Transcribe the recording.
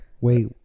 Wait